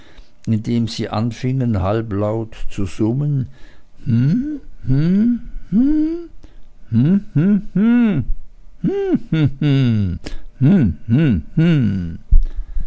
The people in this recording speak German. indem sie anfingen halblaut zu summen